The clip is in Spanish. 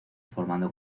formando